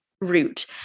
route